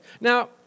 Now